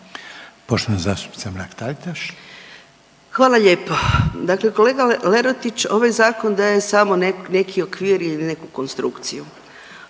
**Mrak-Taritaš, Anka (GLAS)** Hvala lijepo. Dakle, kolega Lerotić ovaj zakon daje samo neki okvir ili neku konstrukciju.